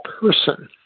person